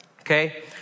Okay